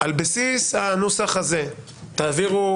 על בסיס הנוסח הזה תעבירו,